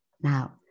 now